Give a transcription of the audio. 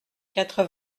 quatre